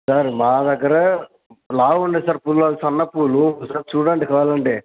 sir మా దగ్గర లావు ఉండదు సార్ పూలు సన్న పూలు ఒకసారి చూడండి కావాలంటే